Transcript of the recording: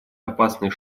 опасный